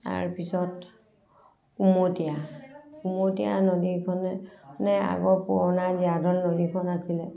তাৰ পিছত কুমতীয়া কুমতীয়া নদীখনেই আগৰ পুৰণা জীয়া ঢল নদীখন আছিলে